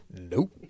nope